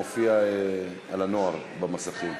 התשע"ה 2015, לוועדה שתקבע ועדת הכנסת נתקבלה.